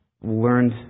learned